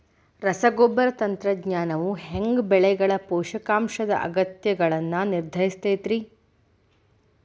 ರಸಗೊಬ್ಬರ ತಂತ್ರಜ್ಞಾನವು ಹ್ಯಾಂಗ ಬೆಳೆಗಳ ಪೋಷಕಾಂಶದ ಅಗತ್ಯಗಳನ್ನ ನಿರ್ಧರಿಸುತೈತ್ರಿ?